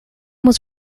was